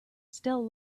still